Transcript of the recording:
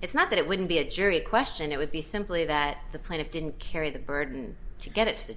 it's not that it wouldn't be a jury question it would be simply that the plaintiff didn't carry the burden to get it